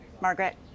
Margaret